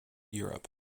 europe